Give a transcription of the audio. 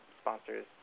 sponsors